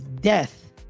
death